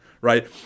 right